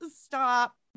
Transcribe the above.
stop